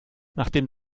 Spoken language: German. nachdem